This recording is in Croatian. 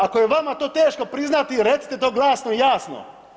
Ako je vama to teško priznati recite to glasno i jasno.